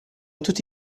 tutti